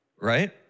right